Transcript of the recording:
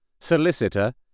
Solicitor